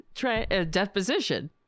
deposition